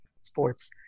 sports